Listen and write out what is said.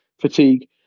fatigue